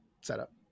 setup